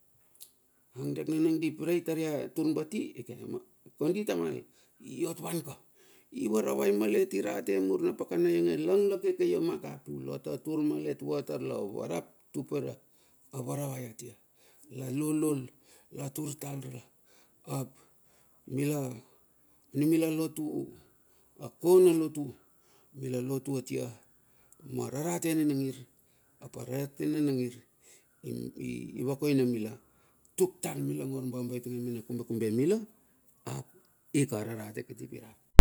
Ang dek na di prei tar dia tur bati, kondi tamal. I ot van ka ivaravai malet irate mur na pakana ionge lang la keke iomaka piu la tatur malet vua tar la varap tupere a varavai atia la lulul, la tul tarla la ap anumila lotu a kona lotu mila lotu atia ma rarate nina ngir apa rarate nina ngir, i vakoina mila, tuk tar mila ngor bambae utinge mena kubekube mila, ika ararate kiti ap irap.